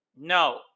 No